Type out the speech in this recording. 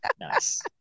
Nice